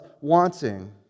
wanting